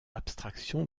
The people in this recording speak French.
abstraction